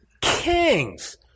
kings